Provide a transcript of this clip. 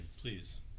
please